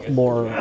more